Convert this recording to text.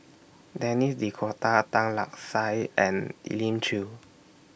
Denis D'Cotta Tan Lark Sye and Elim Chew